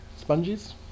sponges